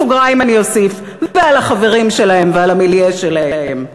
בסוגריים אני אוסיף: ועל החברים שלהם ועל המיליה שלהם,